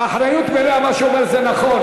באחריות מלאה, מה שהוא אומר זה נכון.